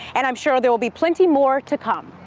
and i'm sure there will be plenty more to come.